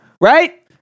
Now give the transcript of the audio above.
right